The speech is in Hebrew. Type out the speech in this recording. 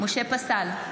משה פסל,